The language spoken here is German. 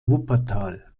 wuppertal